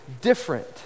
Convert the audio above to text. different